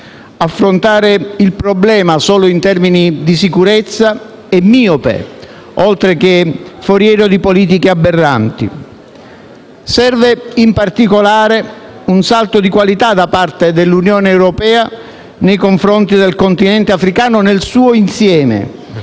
Affrontare il problema solo in termini di sicurezza è miope, oltre che foriero di politiche aberranti. Serve in particolare un salto di qualità da parte dell'Unione europea nei confronti del continente africano nel suo insieme,